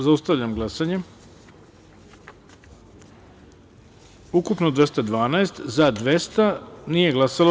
Zaustavljam glasanje: ukupno 212, za – 200, nije glasalo – 12.